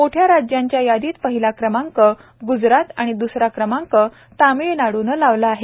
मोठ्या राज्यांच्या यादीत पहिला क्रमांक ग्जरात आणि द्सरा क्रमांक तामिळनाडूनं लावला आहे